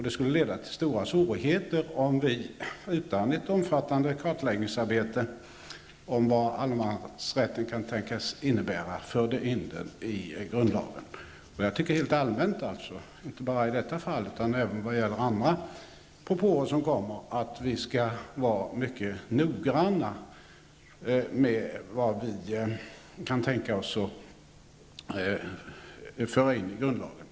Det skulle leda till stora svårigheter om vi, utan ett omfattande kartläggningsarbete om vad allemansrätten kan tänkas innebära, förde in denna i grundlagen. Jag tycker rent allmänt, inte bara i detta fall utan även när det gäller andra propåer, att vi skall vara mycket nogranna med vad vi kan tänka oss föra in i grundlagen.